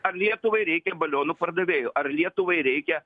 ar lietuvai reikia balionų pardavėjų ar lietuvai reikia